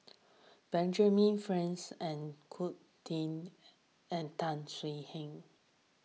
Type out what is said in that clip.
Benjamin Franks and Zulkifli and Tan Swie Hian